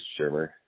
Shermer